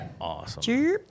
awesome